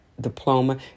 diploma